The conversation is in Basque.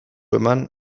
eman